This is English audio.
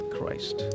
Christ